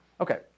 Okay